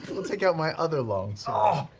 take out my other longsword. ah